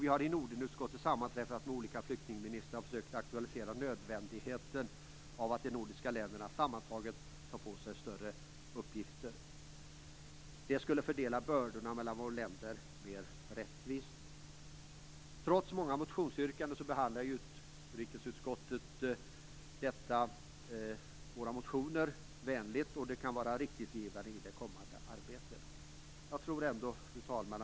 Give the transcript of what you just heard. I Nordenutskottet har vi sammanträffat med olika flyktingministrar och försökt att aktualisera nödvändigheten av att de nordiska länderna sammantaget tar på sig större uppgifter. Det skulle fördela bördorna mellan våra länder mera rättvist. Trots många motionsyrkanden har utrikesutskottet behandlat våra motioner vänligt. Det kan vara en riktningsgivare för det kommande arbetet. Fru talman!